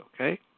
okay